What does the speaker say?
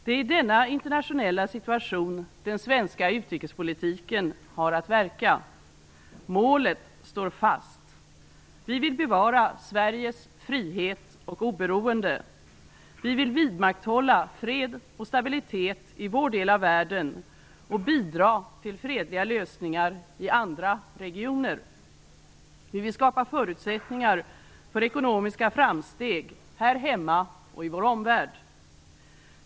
Det är i denna internationella situation den svenska utrikespolitiken har att verka. Målet står fast: Vi vill bevara Sveriges frihet och oberoende. Vi vill vidmakthålla fred och stabilitet i vår del av världen och bidra till fredliga lösningar i andra regioner. Vi vill skapa förutsättningar för ekonomiska framsteg här hemma och i vår omvärld.